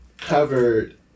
covered